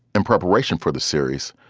in preparation for the series,